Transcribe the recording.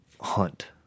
hunt